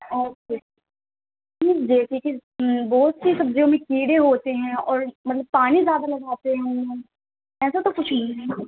okay جیسے کہ بہت سی سبزیوں میں کیڑے ہوتے ہیں اور مطلب پانی زیادہ لگاتے ہیں ایسا تو کچھ نہیں ہے نا